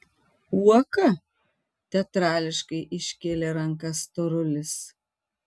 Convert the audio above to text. uoka teatrališkai iškėlė rankas storulis